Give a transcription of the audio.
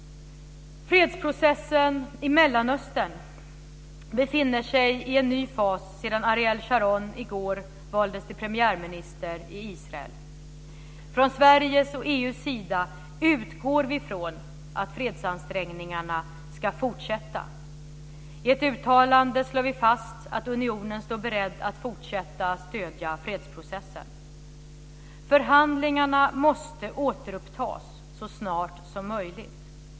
Fredsprocessen i Mellanöstern befinner sig i en ny fas sedan Ariel Sharon i går valdes till premiärminister i Israel. Från Sveriges och EU:s sida utgår vi från att fredsansträngningarna ska fortsätta. I ett uttalande slår vi fast att unionen står beredd att fortsätta att stödja fredsprocessen. Förhandlingarna måste återupptas så snart som möjligt.